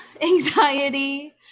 anxiety